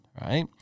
right